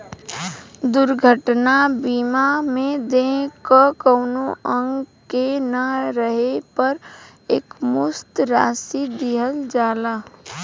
दुर्घटना बीमा में देह क कउनो अंग के न रहे पर एकमुश्त राशि दिहल जाला